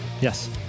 Yes